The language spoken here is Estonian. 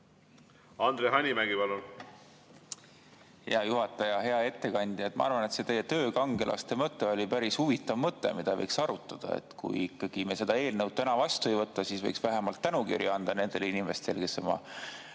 Andre Hanimägi, palun! Hea juhataja! Hea ettekandja! Ma arvan, et teie töökangelaste mõte oli päris huvitav mõte, mida võiks arutada. Kui me seda eelnõu täna vastu ei võta, siis võiks vähemalt tänukirja anda nendele inimestele, kes oma